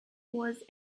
was